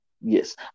Yes